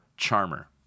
charmer